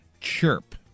chirp